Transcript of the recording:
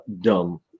dumb